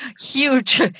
huge